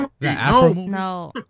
No